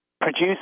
produce